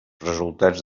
resultats